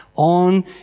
on